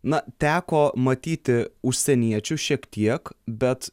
na teko matyti užsieniečių šiek tiek bet